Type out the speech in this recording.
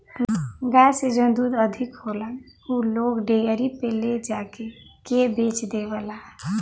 गाय से जौन दूध अधिक होला उ लोग डेयरी पे ले जाके के बेच देवला